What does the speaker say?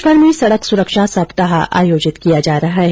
प्रदेशभर में सड़क सुरक्षा सप्ताह आयोजित किया जा रहा है